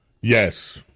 Yes